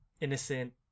innocent